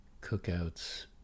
cookouts